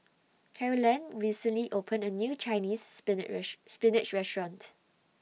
Carolann recently opened A New Chinese Spinach Restaurant